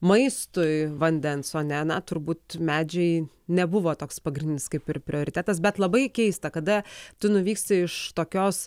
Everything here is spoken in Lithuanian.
maistui vandens o ne na turbūt medžiai nebuvo toks pagrindinis kaip ir prioritetas bet labai keista kada tu nuvyksti iš tokios